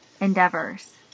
endeavors